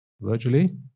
Virtually